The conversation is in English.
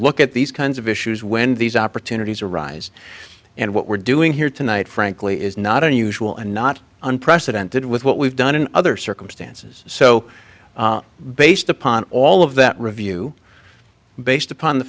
look at these kinds of issues when these opportunities arise and what we're doing here tonight frankly is not unusual and not unprecedented with what we've done in other circumstances so based upon all of that review based upon the